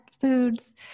foods